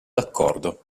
d’accordo